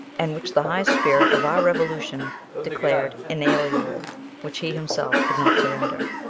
and which the high spirit of our revolution declared inalienable which he himself could not surrender,